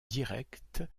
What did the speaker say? direct